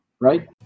right